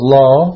law